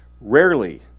Rarely